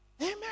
Amen